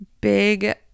big